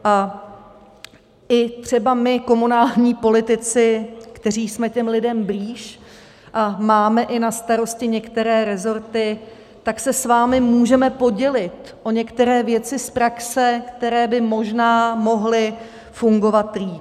A i třeba my komunální politici, kteří jsme těm lidem blíž a máme i na starosti některé resorty, se s vámi můžeme podělit o některé věci z praxe, které by možná mohly fungovat líp.